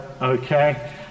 okay